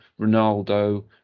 Ronaldo